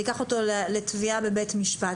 לתביעה בבית משפט.